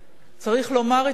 צריך לומר את האמת,